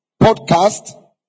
podcast